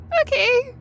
Okay